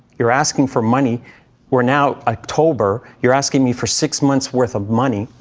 you're asking for money we're now october you're asking me for six months' worth of money,